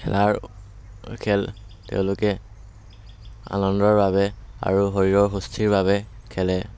খেলাৰ খেল তেওঁলোকে আনন্দৰ বাবে আৰু শৰীৰৰ সুস্থিৰ বাবে খেলে